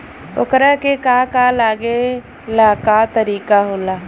ओकरा के का का लागे ला का तरीका होला?